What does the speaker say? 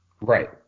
Right